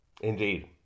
Indeed